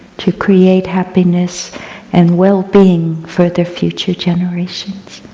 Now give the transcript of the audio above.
to create happiness and well-being for the future generations.